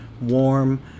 Warm